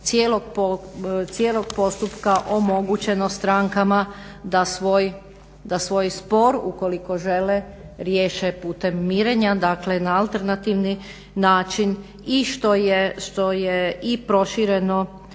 cijelog postupka omogućeno strankama da svoj spor ukoliko žele riješe putem mirenja, dakle na alternativni način i što je i proširena